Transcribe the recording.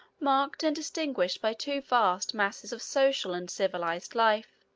marked and distinguished by two vast masses of social and civilized life,